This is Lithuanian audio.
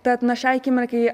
tad na šiai akimirkai